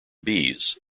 bees